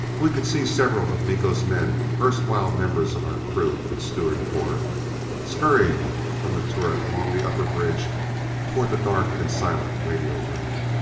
we could see several of miko's men erstwhile members of our crew and steward corps scurrying from the turret along the upper bridge toward the dark and silent radio room.